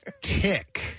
tick